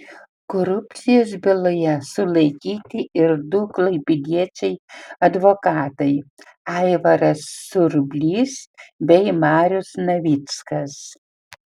korupcijos byloje sulaikyti ir du klaipėdiečiai advokatai aivaras surblys bei marius navickas